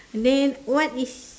then what is